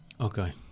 Okay